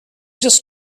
just